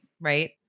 right